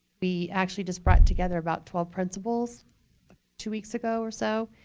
we actually just brought together about twelve principals two weeks ago or so.